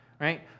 right